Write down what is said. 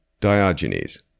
Diogenes